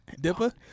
dipper